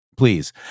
please